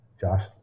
Josh